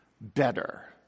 better